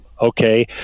okay